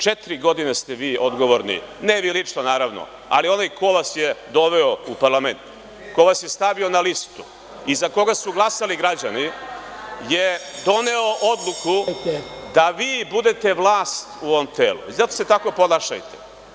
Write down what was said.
Četiri godine ste odgovorni, ne vi lično naravno, ali onaj koji vas je doveo u parlament, ko vas je stavio na listu i za koga su glasali građani je doneo odluku da vi budete vlast u ovom telu i zato se tako ponašajte.